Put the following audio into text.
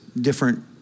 different